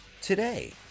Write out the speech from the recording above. today